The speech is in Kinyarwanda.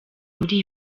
muri